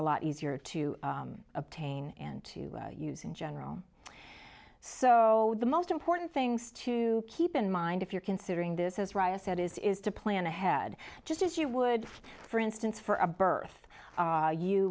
a lot easier to obtain and to use in general so the most important things to keep in mind if you're considering this as ryan said is to plan ahead just as you would for instance for a birth